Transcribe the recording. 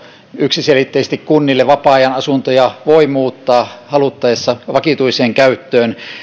yksiselitteisesti kunnille vapaa ajan asuntoja voi muuttaa haluttaessa vakituiseen käyttöön